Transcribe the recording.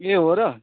ए हो र